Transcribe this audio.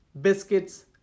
biscuits